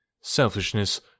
selfishness